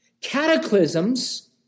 cataclysms